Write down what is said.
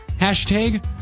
Hashtag